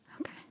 Okay